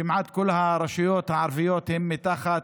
כמעט כל הרשויות הערביות מתחת,